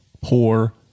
poor